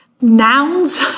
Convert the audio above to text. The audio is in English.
nouns